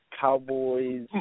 Cowboys